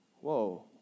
Whoa